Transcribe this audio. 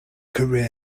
career